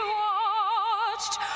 watched